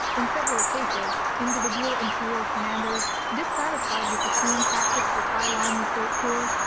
in several cases, individual imperial commanders, dissatisfied with the swarm tactics the tie line was built for,